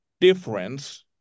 difference